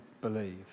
believe